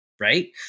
right